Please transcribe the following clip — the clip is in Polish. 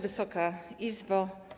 Wysoka Izbo!